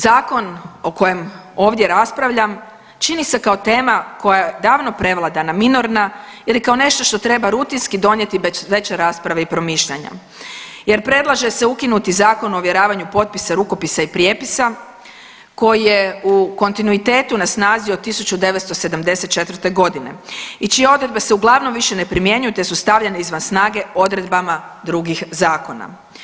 Zakon o kojem ovdje raspravljam čini se kao tema koja je davno prevladana, minorna ili kao nešto što treba rutinski donijeti bez veće rasprave i promišljanja jer predlaže se ukinuti Zakon o ovjeravanju potpisa, rukopisa i prijepisa koji je u kontinuitetu na snazi od 1974. godine i čije odredbe se uglavnom više ne primjenjuju te su stavljene izvan snage odredbama drugih zakona.